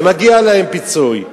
ומגיע להם פיצוי,